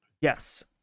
Yes